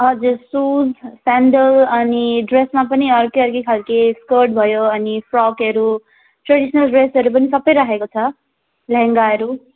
हजुर shoes sandal अनि ड्रेसमा पनि अर्कै अर्कै खालको स्कट भयो अनि फ्रकहरू ट्रेडिसनल ड्रेसहरू पनि सबै राखेको छ लेहेङ्गाहरू